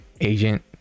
agent